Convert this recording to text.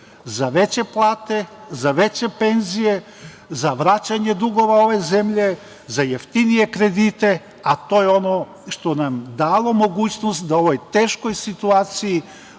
za veće plate, za veće penzije, za vraćanje dugova ove zemlje, za jeftinije kredite, a to je ono što je dalo mogućnost da u ovoj teškoj situaciji